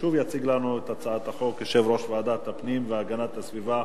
ושוב יציג לנו את הצעת החוק יושב-ראש ועדת הפנים והגנת הסביבה,